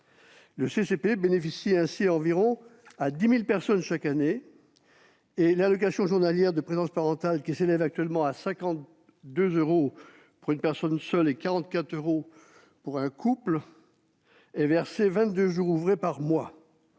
bénéficie ainsi à quelque 10 000 personnes chaque année et l'allocation journalière de présence parentale, qui s'élève actuellement à 52 euros pour une personne seule et à 44 euros pour une personne en couple, est versée 22 jours ouvrés par mois.